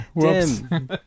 Tim